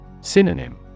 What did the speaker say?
Synonym